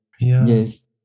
Yes